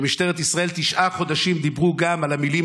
ובמשטרת ישראל דיברו תשעה חודשים גם על המילים